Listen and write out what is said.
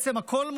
הכול מותר,